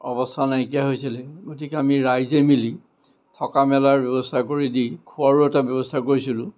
অৱস্থা নাইকিয়া হৈছিলে গতিকে আমি ৰাইজে মিলি থকা মেলাৰ ব্যৱস্থা কৰি দি খোৱাৰো এটা ব্যৱস্থা কৰিছিলোঁ